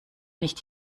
nicht